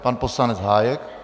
Pan poslanec Hájek.